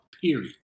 Period